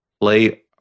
play